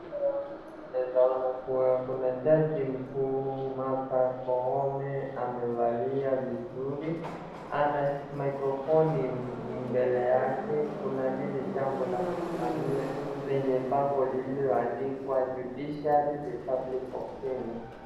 Ninaona kuwa kuna jaji mkuu martha koome amevalia vizuri ana mikrofoni mbele yake. Kuna lile jambo la kusimamia lenye bango lilioandikwa judiciary republic of kenya.